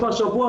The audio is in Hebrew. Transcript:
בשבוע,